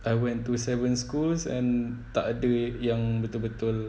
I went to seven schools and takde yang betul-betul